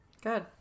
Good